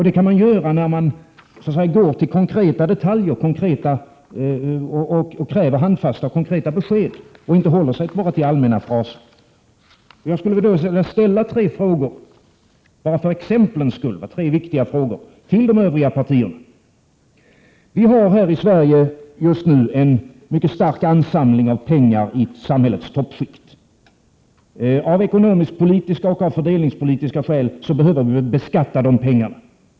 Det kan man göra när man går till konkreta detaljer och kräver handfasta och konkreta besked — och inte bara håller sig till allmänna fraser. Jag vill ställa tre viktiga frågor bara för exemplens skull till de övriga partierna. För det första: Vi har här i Sverige just nu en mycket stark ansamling av pengar i samhällets toppskikt. Av ekonomisk — politiska och fördelningspolitiska skäl behöver de pengarna beskattas.